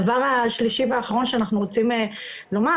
הדבר השלישי והאחרון שאנחנו רוצים לומר,